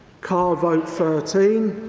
cord vote thirteen,